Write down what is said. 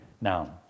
Now